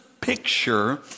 picture